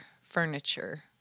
furniture